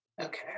Okay